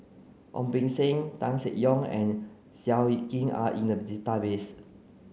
Ong Beng Seng Tan Seng Yong and Seow Yit Kin are in the database